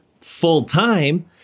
full-time